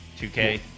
2K